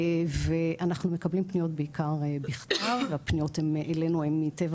ואנחנו מקבלים פניות בעיקר בכתב והפניות אלינו הן מטבע